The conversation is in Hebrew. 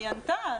היא ענתה.